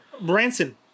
Branson